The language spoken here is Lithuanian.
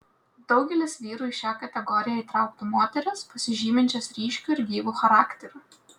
daugelis vyrų į šią kategoriją įtrauktų moteris pasižyminčias ryškiu ir gyvu charakteriu